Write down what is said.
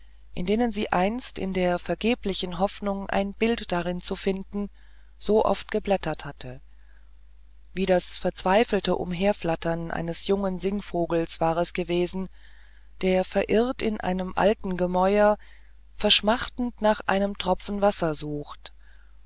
in denen sie einst in der vergeblichen hoffnung ein bild darin zu finden so oft geblättert hatte wie das verzweifelte umherflattern eines jungen singvogels war es gewesen der verirrt in einem alten gemäuer verschmachtend nach einem tropfen wasser sucht